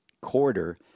quarter